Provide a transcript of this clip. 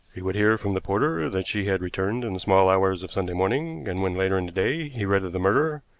he would hear from the porter that she had returned in the small hours of sunday morning, and when, later in the day, he read of the murder